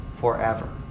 Forever